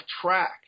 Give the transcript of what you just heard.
track